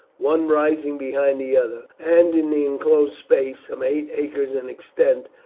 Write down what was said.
one rising behind the other, and in the inclosed space, some eight acres in extent,